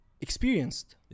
experienced